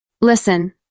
Listen